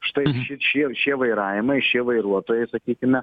štai šie šie vairavimai šie vairuotojai sakykime